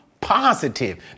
positive